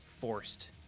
forced